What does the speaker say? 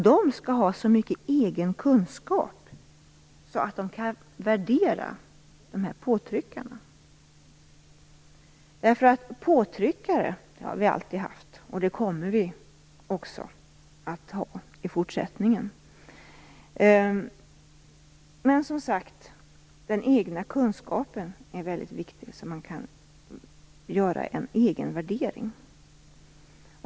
Det gäller både tjänstemän i departementen eller politiska beslutsfattare. Påtryckare har vi alltid haft och kommer också att ha i fortsättningen. Den egna kunskapen är alltså väldigt viktig för att man skall kunna göra en egen värdering.